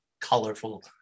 colorful